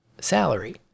salary